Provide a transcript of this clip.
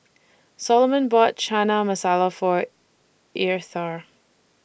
Soloman bought Chana Masala For Eartha